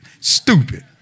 Stupid